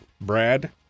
brad